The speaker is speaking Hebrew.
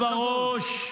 אל תקפוץ בראש.